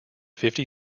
fifty